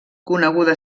coneguda